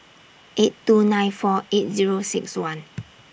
eight two nine four eight Zero six one